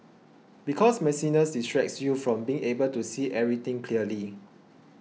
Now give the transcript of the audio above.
because messiness distracts you from being able to see everything clearly